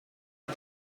het